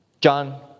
John